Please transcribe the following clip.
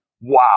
Wow